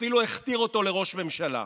אפילו הכתיר אותו לראש ממשלה.